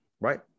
right